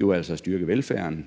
jo altså at styrke velfærden